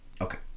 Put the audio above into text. Okay